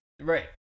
right